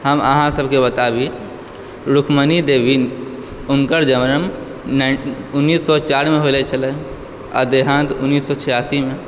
हम अहाँ सभकऽ बताबी रुकमणि देवी हुनकर जन्म नाइनटी उन्नैस सए चारिमे होयल छलह आ देहांत उन्नैस सए छिआसीमे